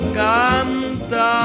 canta